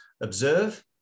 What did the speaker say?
observe